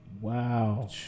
Wow